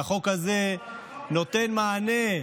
והחוק הזה נותן מענה.